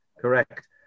Correct